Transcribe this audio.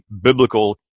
biblical